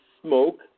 smoke